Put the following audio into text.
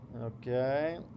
okay